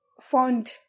fund